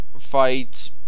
fight